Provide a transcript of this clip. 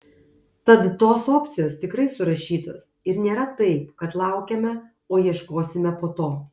tad tos opcijos tikrai surašytos ir nėra taip kad laukiame o ieškosime po to